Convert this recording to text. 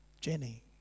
Jenny